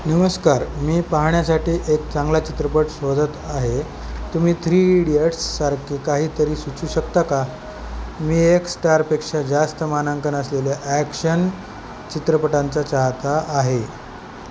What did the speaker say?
नमस्कार मी पाहण्यासाठी एक चांगला चित्रपट शोधत आहे तुम्ही थ्री इडियट्ससारखे काहीतरी सुचवू शकता का मी एक स्टारपेक्षा जास्त मानांकन असलेल्या ॲक्शन चित्रपटांचा चाहता आहे